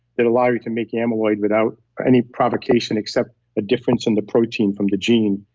that allow you to make amyloid without any provocation except a difference in the protein from the gene,